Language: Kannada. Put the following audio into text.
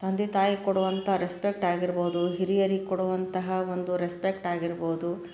ತಂದೆ ತಾಯಿಗೆ ಕೊಡುವಂಥ ರೆಸ್ಪೆಕ್ಟ್ ಆಗಿರ್ಬೋದು ಹಿರಿಯರಿಗೆ ಕೊಡುವಂತಹ ಒಂದು ರೆಸ್ಪೆಕ್ಟ್ ಆಗಿರ್ಬೋದು